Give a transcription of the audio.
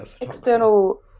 external